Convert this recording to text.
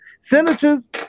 senators